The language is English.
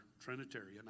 Trinitarian